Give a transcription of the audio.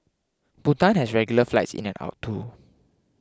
Bhutan has regular flights in and out too